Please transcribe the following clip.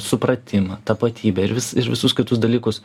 supratimą tapatybę ir vis visus kitus dalykus